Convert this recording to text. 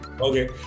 Okay